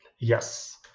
yes